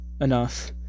enough